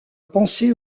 pensée